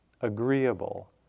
agreeable